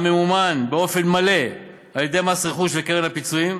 הממומן באופן מלא על-ידי מס רכוש וקרן הפיצויים.